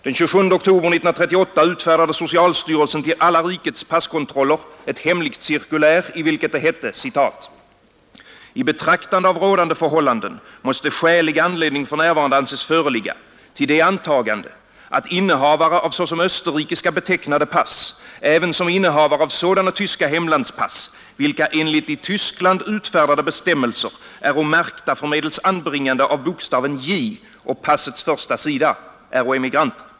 Den 27 oktober 1938 utfärdade socialstyrelsen till alla rikets passkontroller ett hemligt cirkulär, i vilket hette: ”I betraktande av rådande förhållanden måste skälig anledning f. n. anses föreligga till det antagande att innehavare av såsom överrikiska betecknade pass ävensom innehavare av sådana tyska hemlandspass vilka enligt i Tyskland utfärdade bestämmelser ——— äro märkta förmedelst anbringande av bokstaven J å passets första sida, äro emigranter.